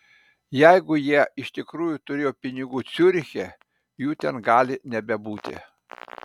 jeigu jie iš tikrųjų turėjo pinigų ciuriche jų ten gali nebebūti